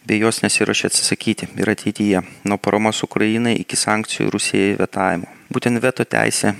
bei jos nesiruošia atsisakyti ir ateityje nuo paramos ukrainai iki sankcijų rusijai vetavimo būtent veto teisę